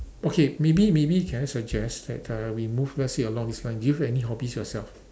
okay maybe maybe can I suggest that uh we move let's say along this line do you have any hobbies yourself